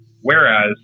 Whereas